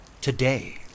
Today